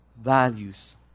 values